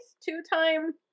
two-time